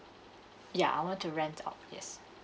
ya I want to rent out yes